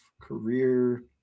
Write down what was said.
career